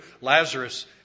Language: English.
Lazarus